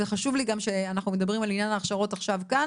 וחשוב לי גם שאנחנו מדברים על עניין ההכשרות כאן.